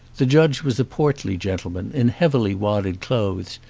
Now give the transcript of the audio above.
the judge was a portly gentleman in heavily wadded clothes,